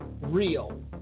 real